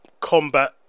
combat